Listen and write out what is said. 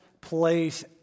place